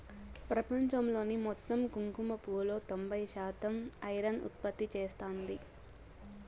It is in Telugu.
ప్రపంచంలోని మొత్తం కుంకుమ పువ్వులో తొంబై శాతం ఇరాన్ ఉత్పత్తి చేస్తాంది